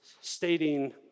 stating